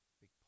Big